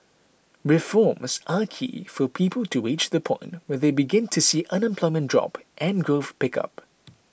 reforms are key for people to reach the point where they begin to see unemployment drop and growth pick up